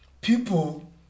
people